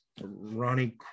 Ronnie